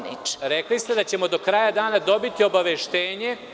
Rekli ste da ćemo do kraja dana dobiti obaveštenje…